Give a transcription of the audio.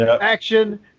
action